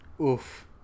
oof